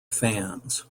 fans